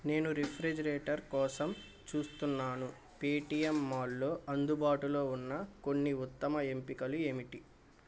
నేను రిఫ్రిజిరేటర్ కోసం చూస్తున్నాను పేటీఎం మాల్లో అందుబాటులో ఉన్న కొన్ని ఉత్తమ ఎంపికలు ఏమిటి